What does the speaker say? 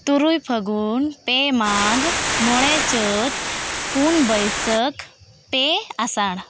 ᱛᱩᱨᱩᱭ ᱯᱷᱟᱹᱜᱩᱱ ᱯᱮ ᱢᱟᱜ ᱢᱚᱬᱮ ᱪᱟᱹᱛ ᱯᱩᱱ ᱵᱟᱹᱭᱥᱟᱹᱠ ᱯᱮ ᱟᱥᱟᱲ